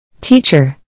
Teacher